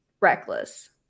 reckless